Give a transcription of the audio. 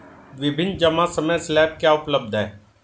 विभिन्न जमा समय स्लैब क्या उपलब्ध हैं?